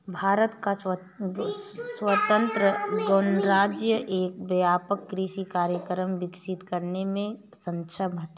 भारत का स्वतंत्र गणराज्य एक व्यापक कृषि कार्यक्रम विकसित करने में सक्षम था